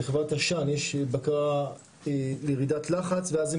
לחברת עשן יש בקרה לירידת לחץ ואז הם